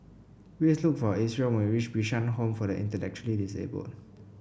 please look for Isreal when you reach Bishan Home for the Intellectually Disabled